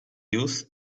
use